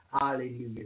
Hallelujah